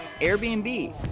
airbnb